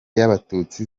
y’abatutsi